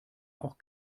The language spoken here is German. auch